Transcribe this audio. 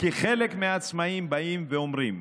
כי חלק מהעצמאים באים ואומרים,